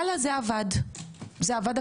זה עבד מצוין.